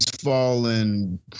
fallen